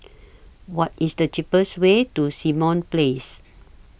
What IS The cheapest Way to Simon Place